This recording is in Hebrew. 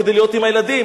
כדי להיות עם הילדים,